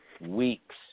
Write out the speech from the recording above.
weeks